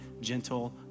gentle